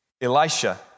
Elisha